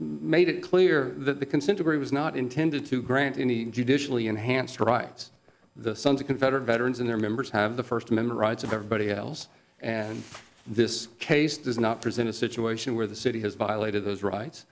made it clear that the consent of it was not intended to grant any judicially enhanced rights the sons of confederate veterans and their members have the first amendment rights of everybody else and this case does not present a situation where the city has violated those rights